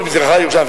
מזרחה של ירושלים.